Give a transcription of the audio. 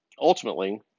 ultimately